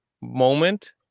moment